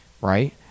right